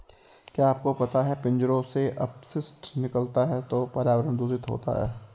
क्या आपको पता है पिंजरों से अपशिष्ट निकलता है तो पर्यावरण दूषित होता है?